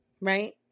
right